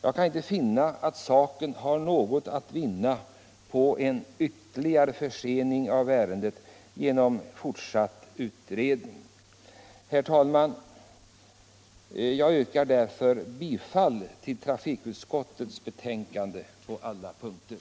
Jag kan inte finna att saken har något att vinna på en ytterligare försening genom fortsatt utredning. Herr talman! Jag yrkar bifall till trafikutskottets hemställan på alla punkter.